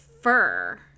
fur